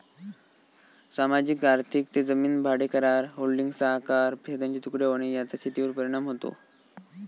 सामाजिक आर्थिक ते जमीन भाडेकरार, होल्डिंग्सचा आकार, शेतांचे तुकडे होणे याचा शेतीवर परिणाम होतो